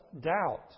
doubt